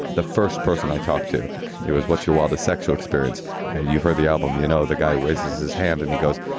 the first person i talked to it was what's your wilder sexual experience? and you've heard the album. you know, the guy raises his hand and he goes,